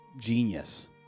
genius